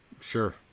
Sure